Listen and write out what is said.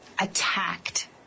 attacked